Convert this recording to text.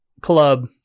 club